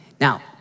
Now